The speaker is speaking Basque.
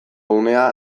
unea